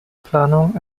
planung